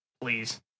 please